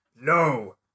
No